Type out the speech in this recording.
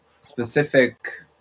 specific